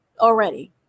already